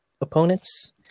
opponents